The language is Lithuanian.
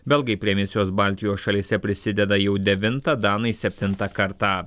belgai prie misijos baltijos šalyse prisideda jau devintą danai septintą kartą